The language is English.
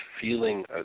feeling